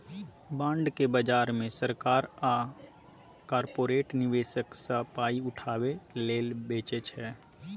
bond केँ बजार मे सरकार आ कारपोरेट निबेशक सँ पाइ उठाबै लेल बेचै छै